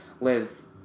Liz